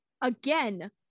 Again